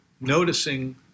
noticing